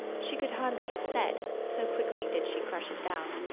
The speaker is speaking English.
she could hardly have said, so quickly did she crush it down.